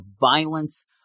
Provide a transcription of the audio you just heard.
violence